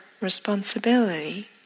responsibility